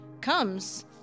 comes